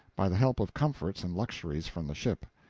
by the help of comforts and luxuries from the ship.